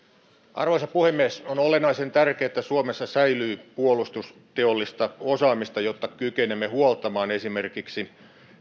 arvoisa puhemies on olennaisen tärkeää että suomessa säilyy puolustusteollista osaamista jotta kykenemme huoltamaan esimerkiksi